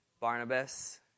Barnabas